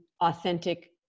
authentic